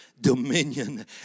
dominion